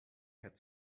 had